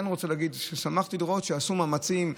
אני כן רוצה להגיד ששמחתי לראות שנעשו מאמצים,